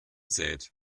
sät